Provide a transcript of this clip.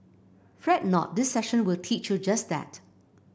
fret not this session will teach you just that